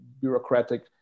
bureaucratic